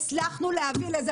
הצלחנו להביא לזה,